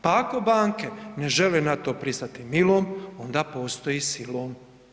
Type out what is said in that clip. Pa ako banke ne žele na to pristati milom onda postoji silom.